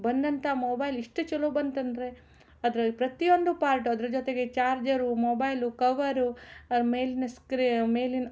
ಬಂದಂಥ ಮೊಬೈಲ್ ಇಷ್ಟು ಛಲೋ ಬಂತಂದರೆ ಅದ್ರಲ್ಲಿ ಪ್ರತಿಯೊಂದು ಪಾರ್ಟು ಅದ್ರ ಜೊತೆಗೆ ಚಾರ್ಜರು ಮೊಬೈಲು ಕವರು ಅದ್ರ್ಮೇಲಿನ ಸ್ಕ್ರಿ ಮೇಲಿನ